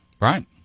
right